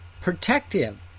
protective